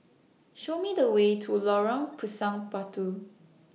Show Me The Way to Lorong Pisang Batu